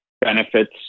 benefits